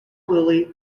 lily